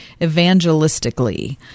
evangelistically